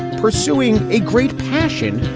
pursuing a great passion.